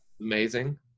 amazing